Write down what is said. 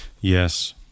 Yes